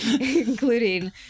including